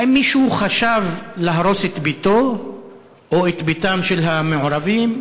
האם מישהו חשב להרוס את ביתם של המעורבים,